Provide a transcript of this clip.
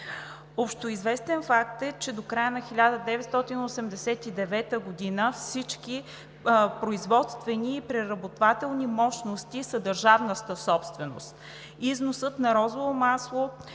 Общоизвестен факт е, че до края на 1989 г. всички производствени и преработвателни мощности са държавна собственост. Износът на розово масло